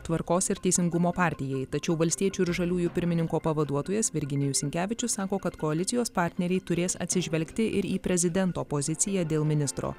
tvarkos ir teisingumo partijai tačiau valstiečių ir žaliųjų pirmininko pavaduotojas virginijus sinkevičius sako kad koalicijos partneriai turės atsižvelgti ir į prezidento poziciją dėl ministro